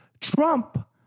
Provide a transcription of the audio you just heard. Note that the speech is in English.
Trump